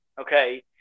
Okay